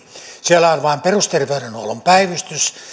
siellä on vain perusterveydenhuollon päivystys